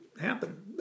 happen